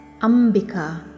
Ambika